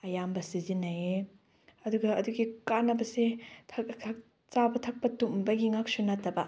ꯑꯌꯥꯝꯕ ꯁꯤꯖꯤꯟꯅꯩꯌꯦ ꯑꯗꯨꯒ ꯑꯗꯨꯒꯤ ꯀꯥꯟꯅꯕꯁꯦ ꯆꯥꯕ ꯊꯛꯄ ꯇꯨꯝꯕꯒꯤ ꯉꯥꯛꯁꯨ ꯅꯠꯇꯕ